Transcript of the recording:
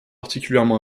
particulièrement